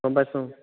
গম পাইছোঁ